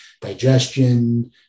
digestion